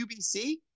UBC